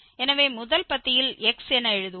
எனவே முதல் பத்தியில் x என எழுதுவோம்